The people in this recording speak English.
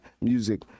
music